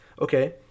okay